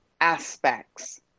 aspects